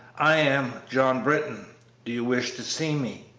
i am john britton do you wish to see me?